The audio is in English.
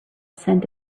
scent